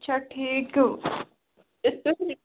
اَچھا ٹھیٖک گوٚو